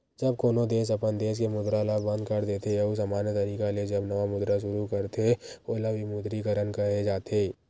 जब कोनो देस अपन देस के मुद्रा ल बंद कर देथे अउ समान्य तरिका ले जब नवा मुद्रा सुरू करथे ओला विमुद्रीकरन केहे जाथे